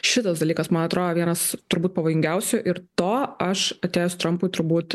šitas dalykas man atrodo vienas turbūt pavojingiausių ir to aš atėjus trampui turbūt